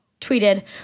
tweeted